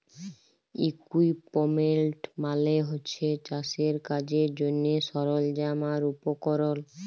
equipment মালে হছে চাষের কাজের জ্যনহে সরল্জাম আর উপকরল